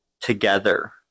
together